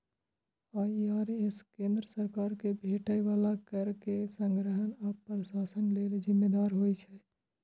IRS केंद्र सरकार कें भेटै बला कर के संग्रहण आ प्रशासन लेल जिम्मेदार होइ छै